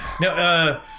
No